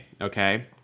okay